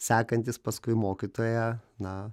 sekantys paskui mokytoją na